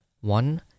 One